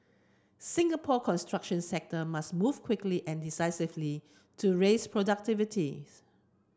Singapore construction sector must move quickly and decisively to raise productivities